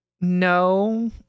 no